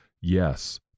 Yes